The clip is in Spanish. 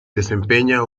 desempeña